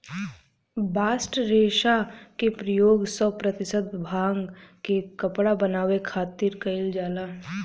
bast रेशा के प्रयोग सौ प्रतिशत भांग के कपड़ा बनावे खातिर कईल जाला